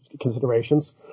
considerations